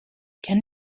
can